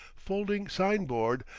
folding sign-board,